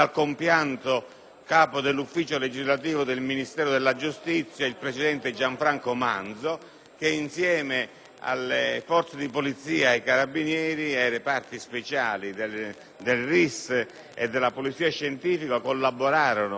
capo dell'ufficio legislativo del Ministero della giustizia, presidente Gianfranco Manzo, che insieme alle forze di polizia, ai carabinieri ed ai reparti speciali del RIS e della polizia scientifica collaborò per